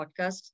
podcast